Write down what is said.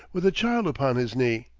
with a child upon his knee,